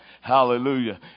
Hallelujah